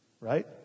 right